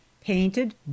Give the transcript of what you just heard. painted